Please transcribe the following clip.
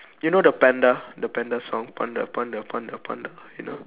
you know the panda the panda song panda panda panda panda you know